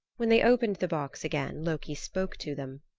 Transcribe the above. when they opened the box again loki spoke to them.